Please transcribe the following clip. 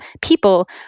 people